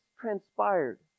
transpired